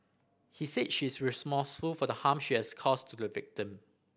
he said she is remorseful for the harm she has caused to the victim